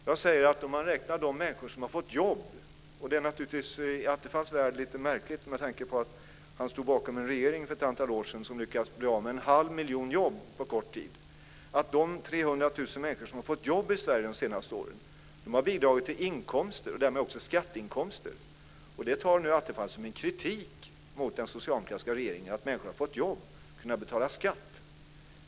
Jag säger att om man räknar de människor som har fått jobb, och det är naturligtvis lite märkligt i Attefalls värld med tanke på att han stod bakom en regering som för ett antal år sedan lyckades bli av med en halv miljon jobb på kort tid, har de 300 000 människor som har fått jobb i Sverige de senaste åren bidragit till inkomster och därmed också till skatteinkomster. Som kritik mot den socialdemokratiska regeringen tar Attefall fram att människor har fått jobb och kunnat betala skatt.